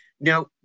Now